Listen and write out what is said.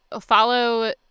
follow